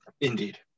Indeed